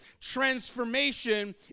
transformation